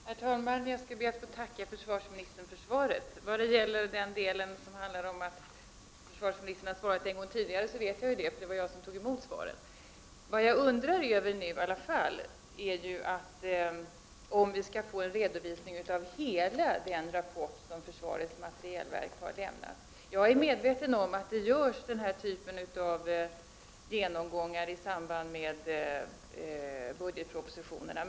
Herr talman! Jag skall be att få tacka försvarsministern för svaret. Att försvarsministern svarat på denna fråga en gång tidigare vet jag — det var jag som tog emot svaret. Vad jag nu i alla fall undrar är om vi skall få en redovisning av hela den rapport som försvarets materielverk har lämnat. Jag är medveten om att den här typen av genomgångar görs i samband med budgetpropositionerna.